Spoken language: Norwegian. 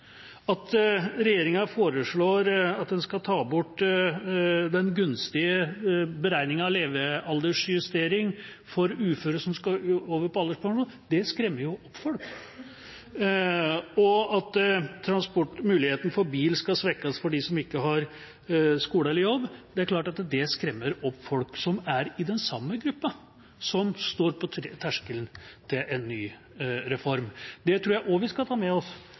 At regjeringa foreslår at en skal ta bort den gunstige beregninga av levealdersjustering for uføre som skal over på alderspensjon, skremmer jo opp folk. Det er klart at det at muligheten for bil skal svekkes for dem som ikke har skole eller jobb, skremmer opp folk som er i den samme gruppa som står på terskelen til en ny reform. Det tror jeg også vi skal ta med oss